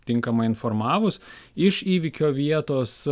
tinkamai informavus iš įvykio vietos